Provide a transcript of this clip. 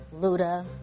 Luda